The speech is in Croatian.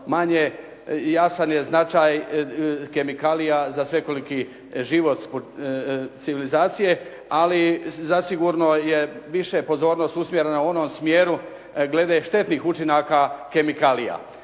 jasan je značaj kemikalija za svekoliki život civilizacije ali zasigurno je više pozornost usmjerena u onom smjeru glede štetnih učinaka kemikalija.